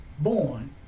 born